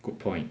good point